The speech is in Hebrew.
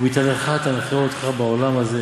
בהתהלכך תנחה אתך, בעולם הזה,